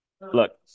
look